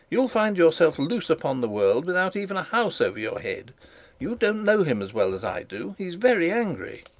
you will find yourself loose upon the world without even a house over your head you don't know him as well as i do. he's very angry